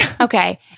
Okay